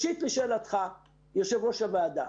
לשאלתך יושב ראש הוועדה.